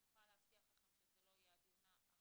אני יכולה להבטיח לכם שזה לא יהיה הדיון האחרון,